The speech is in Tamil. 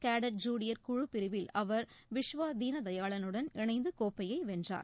கேட்ட் ஜூனியர் குழு பிரிவில் அவர் விஸ்வதீனதயாளனுடன் இணைந்து கோப்பையை வென்றார்